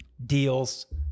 Deals